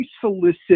solicit